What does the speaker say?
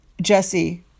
Jesse